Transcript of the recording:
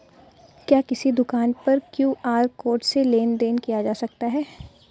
क्या किसी दुकान पर क्यू.आर कोड से लेन देन देन किया जा सकता है?